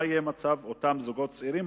מה יהיה מצב אותם זוגות צעירים,